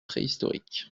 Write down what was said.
préhistorique